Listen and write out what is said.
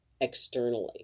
externally